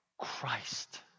Christ